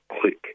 click